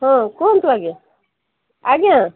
ହଁ କୁହନ୍ତୁ ଆଜ୍ଞା ଆଜ୍ଞା